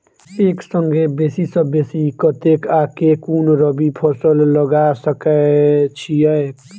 एक संगे बेसी सऽ बेसी कतेक आ केँ कुन रबी फसल लगा सकै छियैक?